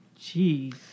Jeez